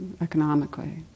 economically